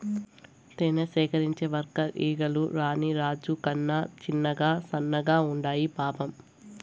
తేనె సేకరించే వర్కర్ ఈగలు రాణి రాజు కన్నా చిన్నగా సన్నగా ఉండాయి పాపం